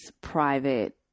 private